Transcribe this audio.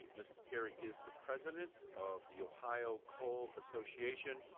mr. carey is the president of the ohio coal association.